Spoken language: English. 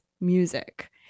music